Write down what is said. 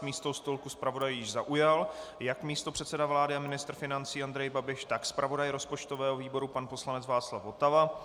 Místo u stolku zpravodajů již zaujal jak místopředseda vlády a ministr financí Andrej Babiš, tak zpravodaj rozpočtového výboru pan poslanec Václav Votava.